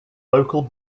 local